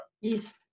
Yes